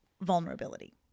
vulnerability